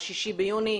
ה-6 ביוני,